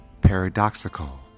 paradoxical